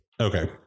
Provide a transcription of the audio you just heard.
Okay